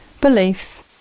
beliefs